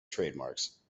trademarks